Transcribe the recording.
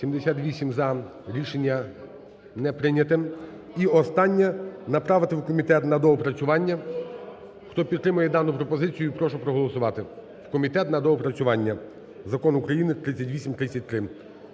78 – "за". Рішення не прийняте. І, останнє, направити в комітет на доопрацювання, хто підтримує дану пропозицію, прошу проголосувати, в комітет на доопрацювання Закон України 3833.